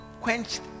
quenched